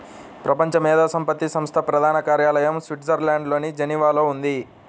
ప్రపంచ మేధో సంపత్తి సంస్థ ప్రధాన కార్యాలయం స్విట్జర్లాండ్లోని జెనీవాలో ఉంది